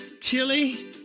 Chili